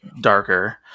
darker